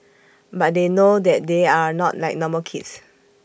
but they know that they are not like normal kids